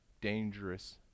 dangerous